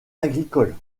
agricoles